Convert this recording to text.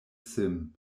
sim